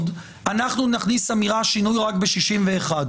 אנחנו נכניס אמירה ששינוי הוא רק ב-61.